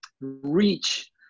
reach